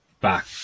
back